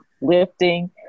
lifting